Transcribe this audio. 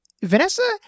Vanessa